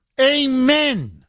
Amen